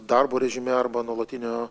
darbo režime arba nuolatinio